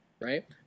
right